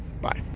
Bye